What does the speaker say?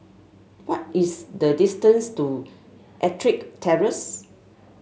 what is the distance to EttricK Terrace